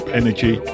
energy